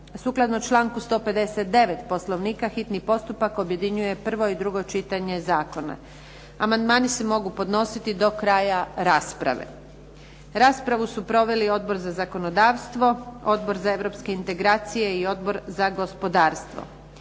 Sukladno članku 159. Poslovnika hitni postupak objedinjuje prvo i drugo čitanje zakona. Amandman se mogu podnositi do kraja rasprave. Raspravu su proveli Odbor za zakonodavstvo, Odbor za europske integracije i Odbor za gospodarstvo.